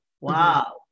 wow